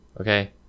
okay